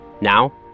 Now